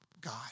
God